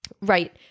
right